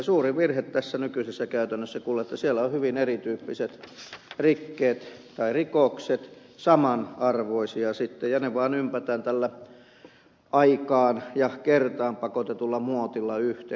suurin virhe tässä nykyisessä käytännössä on että siellä ovat hyvin erityyppiset rikkeet tai rikokset samanarvoisia sitten ja ne vaan ympätään tällä aikaan ja kertaan pakotetulla muotilla yhteen